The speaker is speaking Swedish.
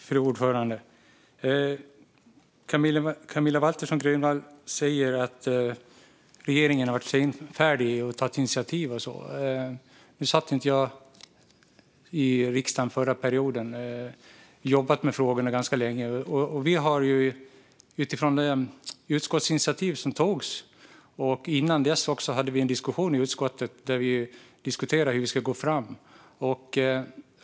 Fru talman! Camilla Waltersson Grönvall säger att regeringen har varit senfärdig med att ta initiativ. Nu satt jag inte i riksdagen under förra mandatperioden, men jag har jobbat med de här frågorna ganska länge. Innan utskottsinitiativet togs hade vi en diskussion i utskottet om hur man ska gå fram när det gäller detta.